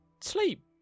sleep